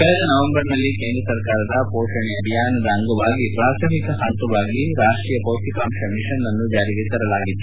ಕಳೆದ ನವೆಂಬರ್ನಲ್ಲಿ ಕೆಲವು ಸರ್ಕಾರದ ಪೋಷಣ್ ಅಭಿಯಾನದ ಅಂಗವಾಗಿ ಪ್ರಾಥಮಿಕ ಹಂತವಾಗಿ ರಾಷ್ಲೀಯ ಪೌಷ್ಷಿಕಾಂಶ ಮಿಷನ್ ನನ್ನು ಜಾರಿಗೆ ತಂದಿದೆ